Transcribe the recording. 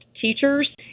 teachers